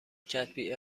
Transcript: کتبی